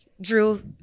Drew